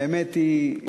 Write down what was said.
האמת היא,